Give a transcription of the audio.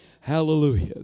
Hallelujah